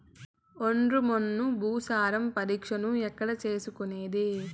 ఒండ్రు మన్ను భూసారం పరీక్షను ఎక్కడ చేసుకునేది?